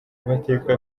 amateka